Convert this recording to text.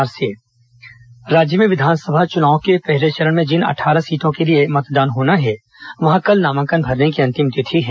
नामांकन पत्र दाखिल राज्य में विधानसभा चुनाव के पहले चरण में जिन अट्ठारह सीटों के लिए मतदान होना है वहां कल नामांकन भरने की अंतिम तिथि है